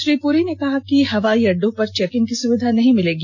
श्री पुरी ने कहा कि हवाई अंड्डो पर चेक इन की सुविधा नहीं मिलेगी